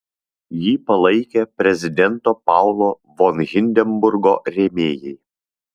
jį palaikė prezidento paulo von hindenburgo rėmėjai